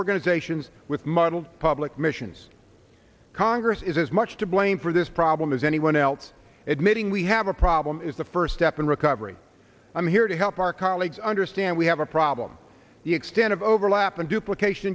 organizations with muddled public missions congress is as much to blame for this problem as anyone else admitting we have a problem is the first step in recovery i'm here to help our colleagues understand we have a problem the extent of overlap and duplicat